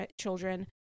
children